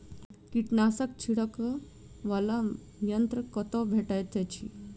कीटनाशक छिड़कअ वला यन्त्र कतौ भेटैत अछि?